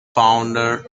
founder